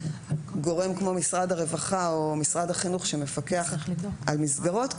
גורם כמו משרד הרווחה או משרד החינוך שמפקח על המסגרות האלה,